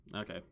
Okay